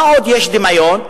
במה עוד יש דמיון?